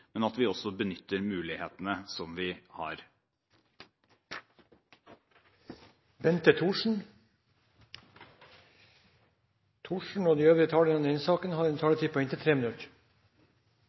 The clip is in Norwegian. men at vi også benytter mulighetene vi har. De talere som heretter får ordet, har en taletid på inntil 3 minutter.